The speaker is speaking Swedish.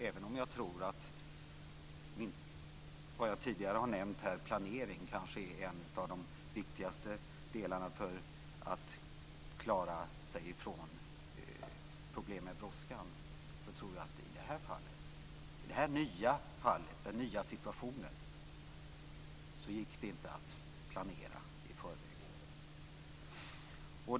Även om jag tror att planering, som jag tidigare har nämnt, är en av de viktigaste delarna för att man ska klara sig från problem med brådskan tror jag att det i det här fallet, i den nya situationen, inte gick att planera i förväg.